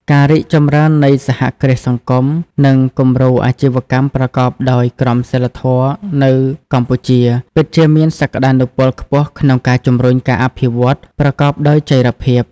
ការរីកចម្រើននៃសហគ្រាសសង្គម និងគំរូអាជីវកម្មប្រកបដោយក្រមសីលធម៌នៅកម្ពុជា ពិតជាមានសក្ដានុពលខ្ពស់ក្នុងការជំរុញការអភិវឌ្ឍប្រកបដោយចីរភាព ។